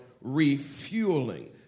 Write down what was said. refueling